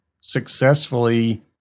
successfully